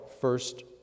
first